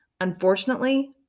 Unfortunately